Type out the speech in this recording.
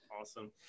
Awesome